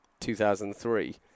2003